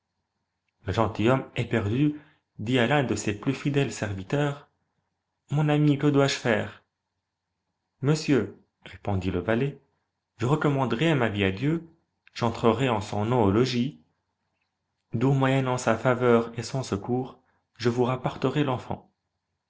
dit à l'un de ses plus fidèles serviteurs mon ami que dois-je faire monsieur répondit le valet je recommanderai ma vie à dieu j'entrerai en son nom au logis d'où moyennant sa faveur et son secours je vous rapporterai l'enfant